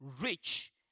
rich